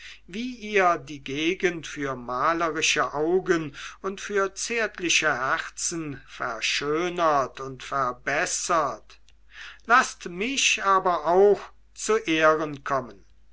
wie ihr die gegend für malerische augen und für zärtliche herzen verschönert und verbessert laßt mich aber auch zu ehren kommen